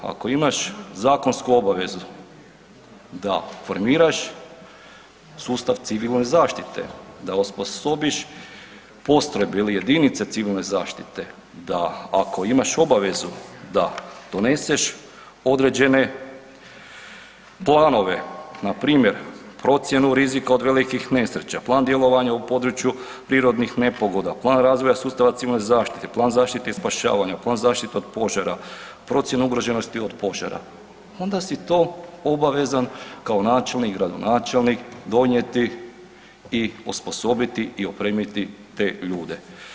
Ako imaš zakonsku obavezu da formiraš sustav civilne zaštite, da osposobiš postrojbe ili jedinice civilne zaštite, da ako imaš obavezu da doneseš određene planove npr. procjenu rizika od velikih nesreća, plan djelovanja u području prirodnih nepogoda, plan razvoja sustava civilne zaštite, plan zaštite i spašavanja, plan zaštite od požara, procjena ugroženosti od požara, onda si to obavezan kao načelnik, gradonačelnik donijeti i osposobiti i opremiti te ljude.